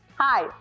Hi